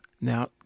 Now